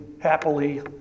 happily